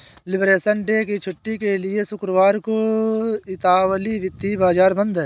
liberation Day की छुट्टी के लिए शुक्रवार को इतालवी वित्तीय बाजार बंद हैं